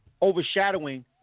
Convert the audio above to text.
overshadowing